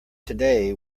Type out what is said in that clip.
today